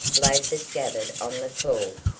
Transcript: laid the scabbard on the floor,